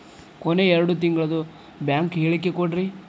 ಕೊನೆ ಎರಡು ತಿಂಗಳದು ಬ್ಯಾಂಕ್ ಹೇಳಕಿ ಕೊಡ್ರಿ